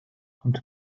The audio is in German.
hund